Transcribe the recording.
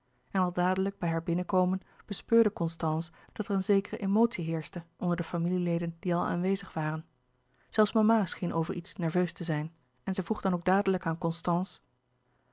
en al dadelijk bij haar binnenkomen bespeurde constance dat er een zekere emotie heerschte onder de familieleden die al aanwezig waren zelfs mama scheen over iets nerveus te zijn en zij vroeg dan ook dadelijk aan constance